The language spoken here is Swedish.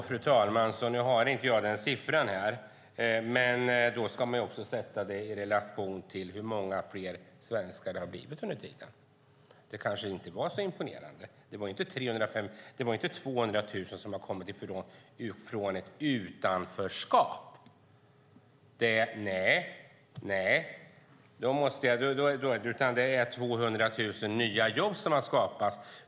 Fru talman! Med tanke på det som sades måste man sätta det i relation till hur många fler svenskar som det har blivit under tiden. Men jag har inte den siffran här. Det var kanske inte så imponerande. Det är inte 200 000 som har kommit från ett utanförskap, utan det är 200 000 nya jobb som har skapats.